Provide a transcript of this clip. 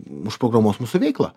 užprogramuos mūsų veiklą